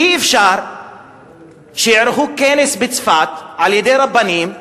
אי-אפשר שיערכו בצפת כנס על-ידי רבנים,